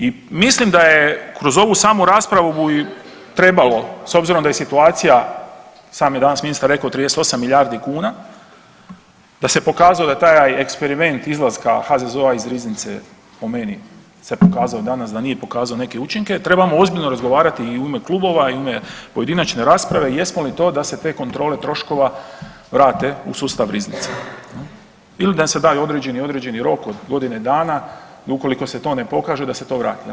I mislim da je kroz ovu samu raspravu i trebalo s obzirom da je situacija, sam je danas ministar rekao 38 milijardi kuna, da se pokazao da taj eksperiment izlaska HZZO-a iz riznice po meni se pokazao danas da nije pokazao neke učinke, trebamo ozbiljno razgovarati i u ime klubova i u ime pojedinačne rasprave jesmo li to da se te kontrole troškova vrate u sustav riznice jel il da se da određeni, određeni rok od godine dana i ukoliko se to ne pokaže da se to vrati jel.